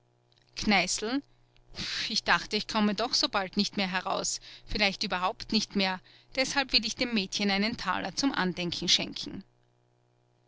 kneißl ich dachte ich komme doch so bald nicht mehr heraus vielleicht überhaupt nicht mehr deshalb will ich dem mädchen einen taler zum andenken schenken